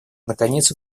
наконец